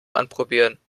anprobieren